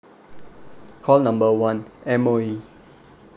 call number one M_O_E